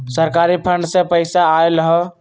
सरकारी फंड से पईसा आयल ह?